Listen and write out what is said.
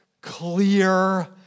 clear